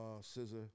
Scissor